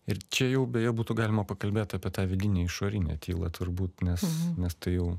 ir čia jau beje būtų galima pakalbėt apie tą vidinę išorinę tylą turbūt nes nes tai jau